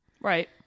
Right